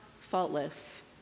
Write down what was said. faultless